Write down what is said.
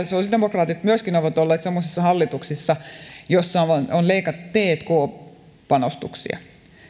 se on valitettavaa myöskin sosiaalidemokraatit ovat olleet semmoisissa hallituksissa joissa on leikattu tk panostuksia